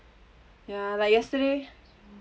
ya like yesterday